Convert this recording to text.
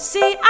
See